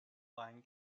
line